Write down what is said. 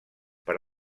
per